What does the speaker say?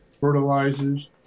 fertilizers